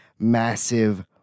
massive